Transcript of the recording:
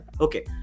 okay